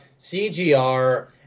CGR